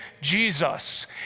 Jesus